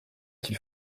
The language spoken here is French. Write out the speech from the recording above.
qu’il